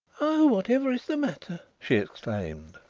oh, whatever is the matter? she exclaimed.